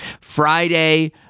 Friday